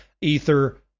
Ether